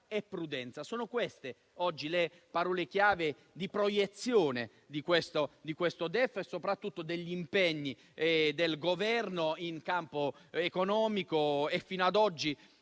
sono queste oggi le parole chiave di proiezione del DEF e soprattutto degli impegni del Governo in campo economico. Fino ad oggi,